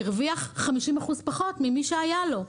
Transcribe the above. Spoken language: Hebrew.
הרוויח 50% פחות ממי שהיה לו.